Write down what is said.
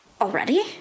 Already